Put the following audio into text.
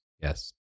yes